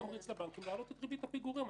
תמריץ לבנקים להעלות את ריבית הפיגורים,